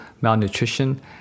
malnutrition